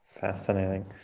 Fascinating